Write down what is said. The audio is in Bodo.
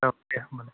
औ दे होमब्लालाय